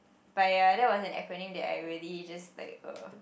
but ya that was an acronym that I really just like uh